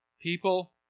People